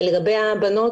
לגבי הבנות